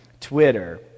Twitter